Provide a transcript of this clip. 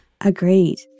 Agreed